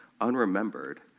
unremembered